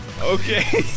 Okay